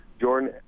Jordan